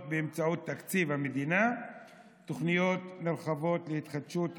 באמצעות תקציב המדינה תוכניות נרחבות להתחדשות עירונית.